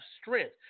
strength